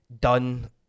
done